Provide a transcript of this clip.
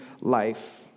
life